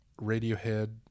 Radiohead